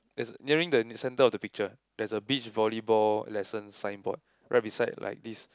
there's a nearing the the centre of the picture there's a beach volleyball lesson signboard right beside like this